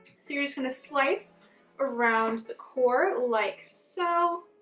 so you're just going to slice around the core like so.